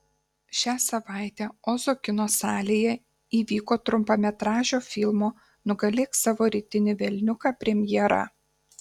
šią savaitę ozo kino salėje įvyko trumpametražio filmo nugalėk savo rytinį velniuką premjera